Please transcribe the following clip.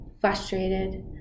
frustrated